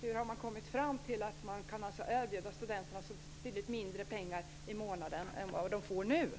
Hur har man kommit fram till att man skall erbjuda studenterna betydligt mindre pengar i månaden än vad de nu får?